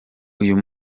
uyu